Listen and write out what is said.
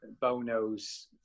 Bono's